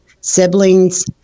siblings